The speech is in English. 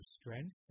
strength